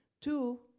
Two